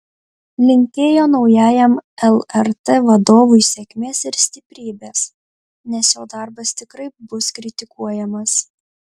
linkėjo naujajam lrt vadovui sėkmės ir stiprybės nes jo darbas tikrai bus kritikuojamas